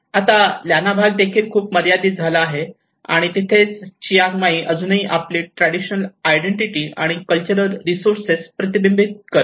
आता लॅना भाग खूप मर्यादित झाला आहे आणि तिथेच चियांग माई अजूनही आपली ट्रॅडिशनल आयडेंटिटी आणि कल्चरल रिसोर्सेस प्रतिबिंबित करते